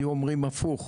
לי אומרים הפוך.